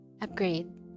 upgrade